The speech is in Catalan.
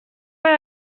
per